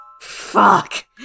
FUCK